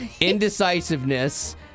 indecisiveness